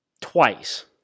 twice